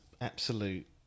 absolute